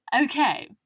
Okay